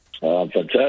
Fantastic